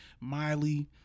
Miley